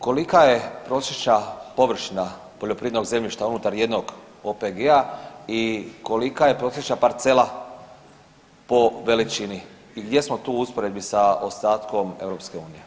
Kolika je prosječna površina poljoprivrednog zemljišta unutar jednog OPG-a i kolika je prosječna parcela po veličini i gdje smo tu u usporedbi sa ostatkom EU?